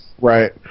Right